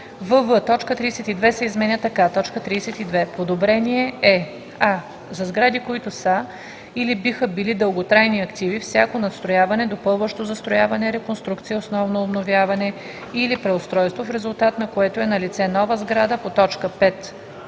32 се изменя така: „32. „Подобрение“ е: а) за сгради, които са или биха били дълготрайни активи – всяко надстрояване, допълващо застрояване, реконструкция, основно обновяване или преустройство, в резултат на което е налице „нова сграда“ по т. 5,